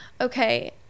okay